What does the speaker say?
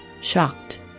shocked